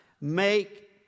make